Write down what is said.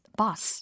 bus